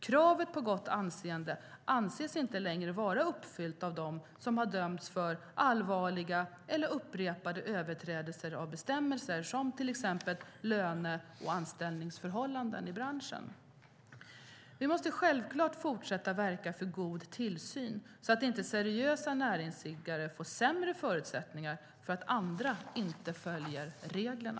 Kravet på gott anseende anses inte längre vara uppfyllt av den som har dömts för allvarliga eller upprepade överträdelser av bestämmelser om till exempel löne och anställningsförhållanden i branschen. Vi måste självklart fortsatt verka för god tillsyn så att inte seriösa näringsidkare får sämre förutsättningar för att andra inte följer reglerna.